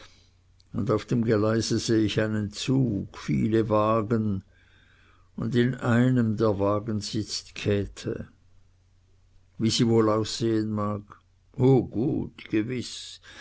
und auf dem geleise seh ich einen zug viele wagen und in einem der wagen sitzt käthe wie sie wohl aussehen mag o gut gewiß